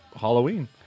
Halloween